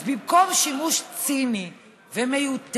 אז במקום שימוש ציני ומיותר,